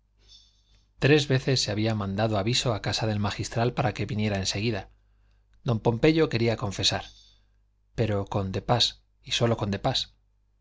tres veces se había mandado aviso a casa del magistral para que viniera en seguida don pompeyo quería confesar pero con de pas y sólo con de pas